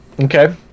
Okay